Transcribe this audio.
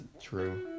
true